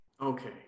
Okay